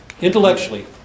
intellectually